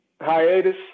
hiatus